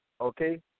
okay